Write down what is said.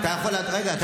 מיכאל.